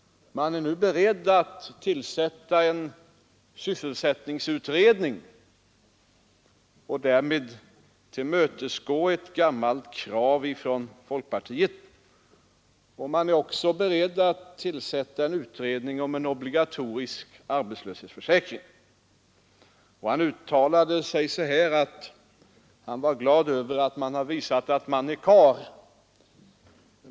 Man är nu, menade herr Eriksson, beredd att tillsätta en sysselsättningsutredning och därmed tillmötesgå ett gammalt krav från folkpartiet, och man är också beredd att tillsätta en utredning om en obligatorisk arbetslöshetsförsäkring. Herr Eriksson uttalade sig på det sättet, att han var glad över att man har visat att ”man är karl”.